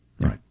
Right